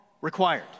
required